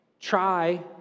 try